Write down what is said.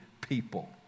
people